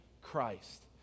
Christ